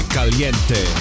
Caliente